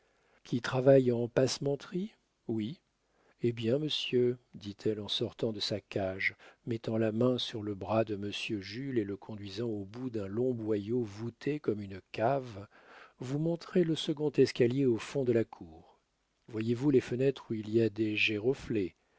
qui travaille en passementerie oui eh bien monsieur dit-elle en sortant de sa cage mettant la main sur le bras de monsieur jules et le conduisant au bout d'un long boyau voûté comme une cave vous monterez le second escalier au fond de la cour voyez-vous les fenêtres où il y a des géroflées